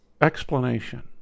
Explanation